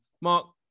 mark